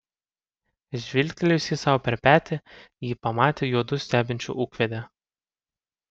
žvilgtelėjusi sau per petį ji pamatė juodu stebinčią ūkvedę